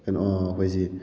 ꯀꯩꯅꯣ ꯑꯩꯈꯣꯏꯁꯤ